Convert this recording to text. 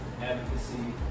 advocacy